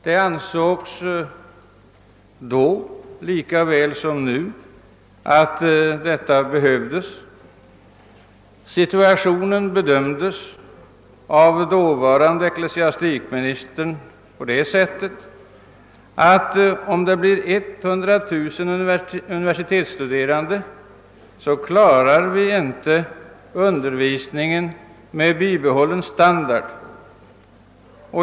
Det ansågs då lika väl som nu att detta behövdes. Situationen bedömdes av dåvarande ecklesiastikministern på det sättet att om antalet universitetsstuderande komme upp till 100 000 så kunde undervisningen inte klaras med bibehållen standard.